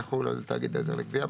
יחול על תאגיד עזר לגבייה,